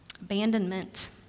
abandonment